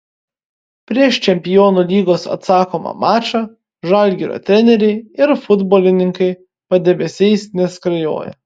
prieš čempionų lygos atsakomą mačą žalgirio treneriai ir futbolininkai padebesiais neskrajoja